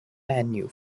venue